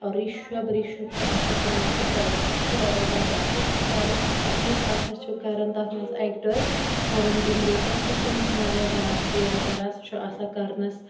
رِشَب رِشَب چھُ آسان تِمَن پِتٕر سُہ تہِ چھُ واریاہ زیادٕ اَصٕل سُہ چھُ کَرَن یُس آسان چھُ کَرَن تَتھ منٛز ایٚکٹَر کَرَن دی لوترا سُہ چھُ تٔمِس واریاہ زیادٕ کِیر کَران سُہ چھُ آسان کَرنَس